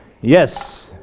Yes